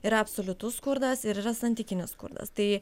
yra absoliutus skurdas ir yra santykinis skurdas tai